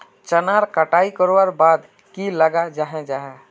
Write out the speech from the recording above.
चनार कटाई करवार बाद की लगा जाहा जाहा?